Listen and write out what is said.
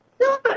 No